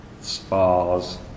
spas